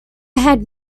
had